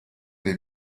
dei